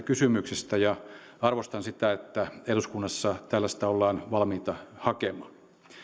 kysymyksistä ja arvostan sitä että eduskunnassa tällaista ollaan valmiita hakemaan